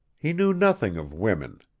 he knew nothing of women.